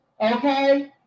Okay